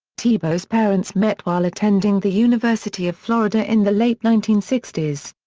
tebow's parents met while attending the university of florida in the late nineteen sixty s.